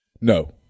No